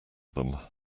them